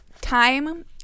time